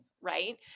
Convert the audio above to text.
right